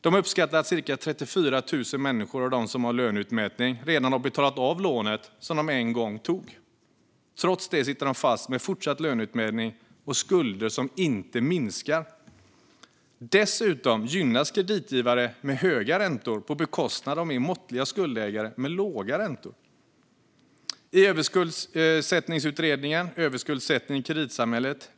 Man uppskattar att cirka 34 000 människor av dem som har löneutmätning redan har betalat av lånet som de en gång tog. Trots det sitter de fast med fortsatt löneutmätning och skulder som inte minskar. Dessutom gynnas kreditgivare med höga räntor på bekostnad av mer måttliga skuldägare med låga räntor. I överskuldsättningsutredningens betänkande Överskuldsättning i kreditsamhället?